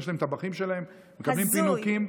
יש להם טבחים שלהם, מקבלים פינוקים.